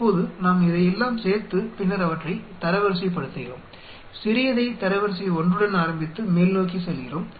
இப்போது நாம் இதையெல்லாம் சேர்த்து பின்னர் அவற்றை தரவரிசைப்படுத்துகிறோம் சிறியதை தரவரிசை 1 உடன் ஆரம்பித்து மேல்நோக்கி செல்கிறோம்